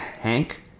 Hank